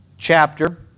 Chapter